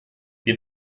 wir